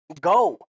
Go